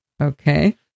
Okay